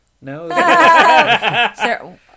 No